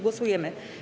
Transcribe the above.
Głosujemy.